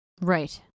right